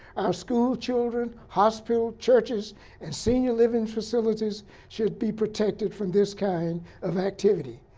our school children, hospital, churches and senior living facilities should be protected from this kind of activity.